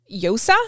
yosa